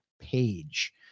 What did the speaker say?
page